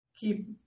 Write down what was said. keep